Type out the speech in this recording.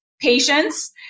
patience